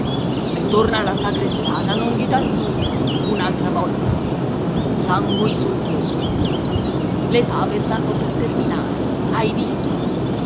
se torna la sagrestana non gli dar nulla un'altra volta sanguisughe sono le fave stanno per terminare hai visto